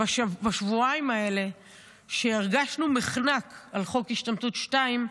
שבשבועיים האלה שבהם הרגשנו מחנק על חוק השתמטות 2,